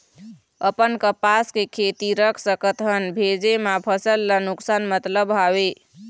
अपन कपास के खेती रख सकत हन भेजे मा फसल ला नुकसान मतलब हावे?